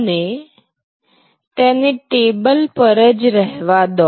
અને તેને ટેબલ પર જ રહેવા દો